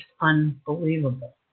unbelievable